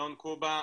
אלון קובה,